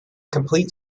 complete